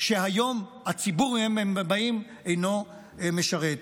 שהיום הציבור שממנו הם באים אינו משרת.